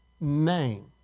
name